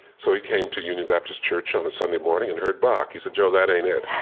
so he came to union baptist church on a sunday morning and heard bach. he said, joe, that ain't it.